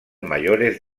mayores